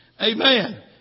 Amen